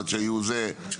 עד שהיו זה,